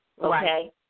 okay